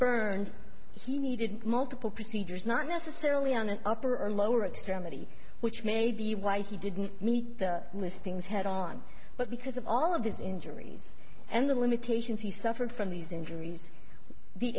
burned he needed multiple procedures not necessarily on an upper and lower extremity which may be why he didn't meet the listings head on but because of all of his injuries and the limitations he suffered from these injuries the